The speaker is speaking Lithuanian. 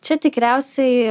čia tikriausiai